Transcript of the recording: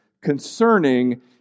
concerning